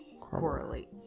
correlate